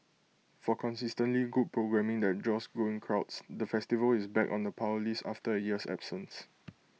for consistently good programming that draws growing crowds the festival is back on the power list after A year's absence